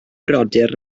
brodyr